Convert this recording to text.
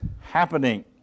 happening